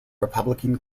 republican